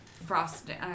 frosting